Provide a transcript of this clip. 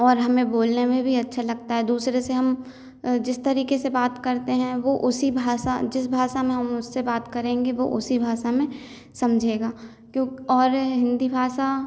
और हमें बोलने में भी अच्छा लगता है दूसरे से हम जिस तरीके से बात करते हैं वह उसी भाषा जिस भाषा में हम उनसे बात करेंगे वह उसी भाषा में समझेगा क्यों और हिंदी भाषा